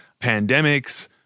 pandemics